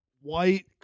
white